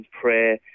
prayer